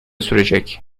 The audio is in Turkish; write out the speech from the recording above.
sürecek